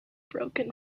broken